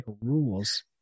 rules